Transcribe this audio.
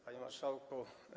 Panie Marszałku!